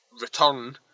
return